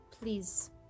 please